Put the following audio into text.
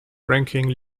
ranking